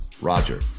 Roger